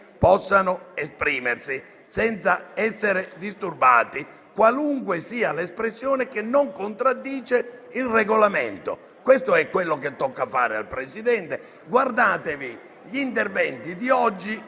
possano esprimersi senza essere disturbati, qualunque sia l'espressione che non contraddice il Regolamento. Questo è ciò che spetta al Presidente. Esaminate gli interventi di oggi